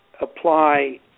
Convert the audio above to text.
apply